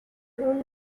اون